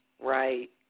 Right